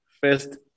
first